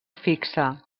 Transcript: fixa